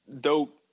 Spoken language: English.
dope